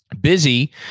Busy